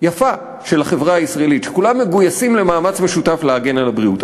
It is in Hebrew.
יפה של החברה הישראלית שכולם מגויסים למאמץ משותף להגן על הבריאות.